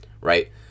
right